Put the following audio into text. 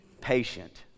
patient